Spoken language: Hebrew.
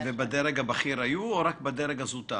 בדרג בכיר או רק בדרג זוטר?